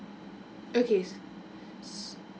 okay